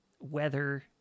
weather